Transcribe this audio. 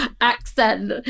accent